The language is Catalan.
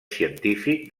científic